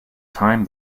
time